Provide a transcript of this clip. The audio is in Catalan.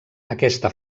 aquesta